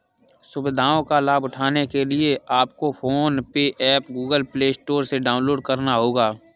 सुविधाओं का लाभ उठाने के लिए आपको PhonePe app Google Play Store से डाउनलोड करना होगा